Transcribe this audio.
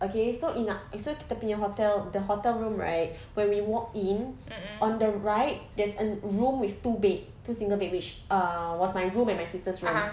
okay so in so kita punya hotel the hotel room right when we walked in on the right there's a room with two bed two single bed which uh was my room and my sister's room